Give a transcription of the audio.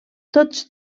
tots